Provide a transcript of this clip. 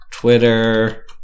Twitter